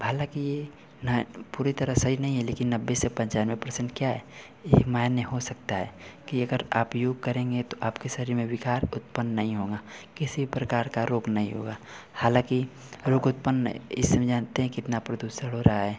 हालांकि यह ना पूरी तरह सही नहीं है इससे पंचानवे पर्सेन्ट क्या है यह मान्य हो सकता है कि अगर आप योग करेंगे तो आपके शरीर में विकार उत्पन्न नहीं होगा किसी प्रकार का रोग नहीं होगा हालांकि रोग उत्पन्न इस समय जानते हैं कितना प्रदूषण हो रहा है